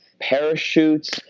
parachutes